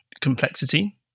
complexity